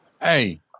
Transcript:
hey